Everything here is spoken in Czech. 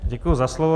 Děkuji za slovo.